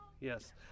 yes